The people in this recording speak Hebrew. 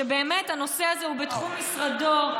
שבאמת הנושא הזה הוא בתחום משרדו.